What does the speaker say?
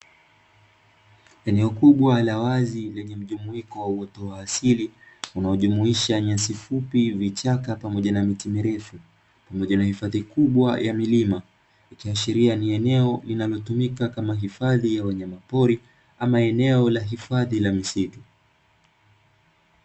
Eneo kubwa la wazi lenye mjumuiko wa uoto wa asili unaojumuisha nyasi fupi, vichaka pamoja na miti mirefu na linahifadhi kubwa ya milima, ikiashiria eneo linalotumika kama hifadhi ya wanyamapori ama eneo la hifadhi la misitu